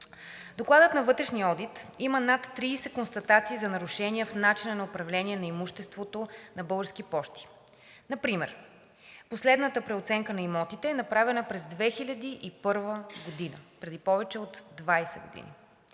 доклада на вътрешния одит има над 30 констатации за нарушения в начина на управление на имуществото на „Български пощи“ ЕАД. Например последната оценка на имотите е направена през 2001 г., преди повече от 20 години.